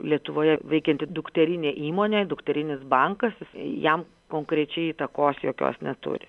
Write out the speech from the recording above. lietuvoje veikianti dukterinė įmonė dukterinis bankas jisai jam konkrečiai įtakos jokios neturi